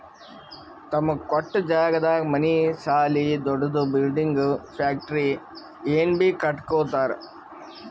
ತಮಗ ಕೊಟ್ಟ್ ಜಾಗದಾಗ್ ಮನಿ ಸಾಲಿ ದೊಡ್ದು ಬಿಲ್ಡಿಂಗ್ ಫ್ಯಾಕ್ಟರಿ ಏನ್ ಬೀ ಕಟ್ಟಕೊತ್ತರ್